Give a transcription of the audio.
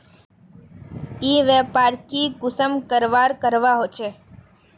ई व्यापार की कुंसम करवार करवा होचे?